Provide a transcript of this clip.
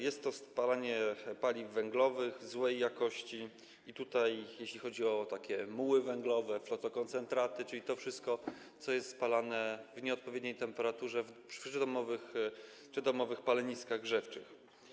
Jest to spalanie paliw węglowych złej jakości, jeśli chodzi o takie muły węglowe, flotokoncentraty, czyli to wszystko, co jest spalane w nieodpowiedniej temperaturze w przydomowych czy domowych paleniskach grzewczych.